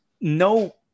no